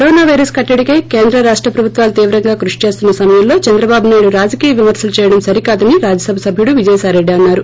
corona virus కట్టడికై కేంద్ర రాష్ట ప్రభుత్వాలు తీవ్రంగా కృషి చేస్తున్న సమయంలో చంద్రబాబు నాయుడు రాజకీయ విమర్పలు చేయడం సరికాదని రాజ్య సభ సభ్యుడు విజయసాయిరెడ్డి అన్నారు